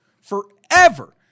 forever